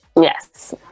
Yes